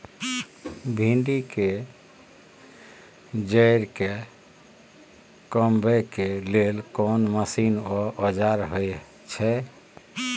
भिंडी के जईर के कमबै के लेल कोन मसीन व औजार होय छै?